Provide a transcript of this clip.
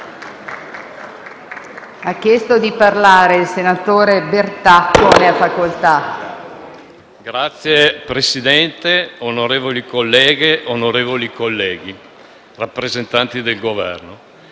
Signor Presidente, onorevoli colleghe, onorevoli colleghi, signori rappresentanti del Governo,